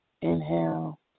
Inhale